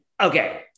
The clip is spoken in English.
okay